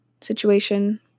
situation